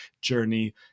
journey